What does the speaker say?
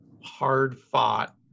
hard-fought